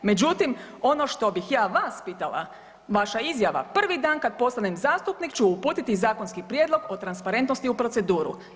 Međutim, ono što bih ja vas pitala vaša izjava, prvi dan kad postanem zastupnik ću uputiti zakonski prijedlog o transparentnosti u proceduru.